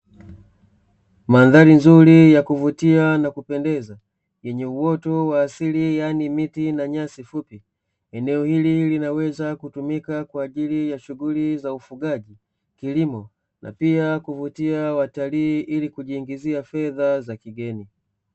Mandhari nzuri ya kuvutia na kupendeza, yenye uoto wa asili yaani miti na nyasi fupi. Eneo hili linaweza kutumika kwa ajili ya shughuli za ufugaji na kilimo, na pia kuvutia watalii ili kujiingizia fedha za kigeni.